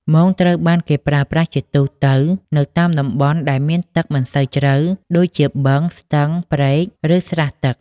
មងត្រូវបានគេប្រើប្រាស់ជាទូទៅនៅតាមតំបន់ដែលមានទឹកមិនសូវជ្រៅដូចជា បឹង ស្ទឹង ព្រែក ឬស្រះទឹក។